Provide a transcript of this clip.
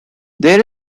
there